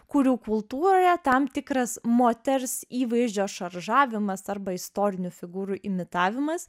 kurių kultūroje tam tikras moters įvaizdžio šaržavimas arba istorinių figūrų imitavimas